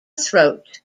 throat